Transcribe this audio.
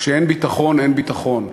כשאין ביטחון, אין ביטחון.